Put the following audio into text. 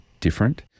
different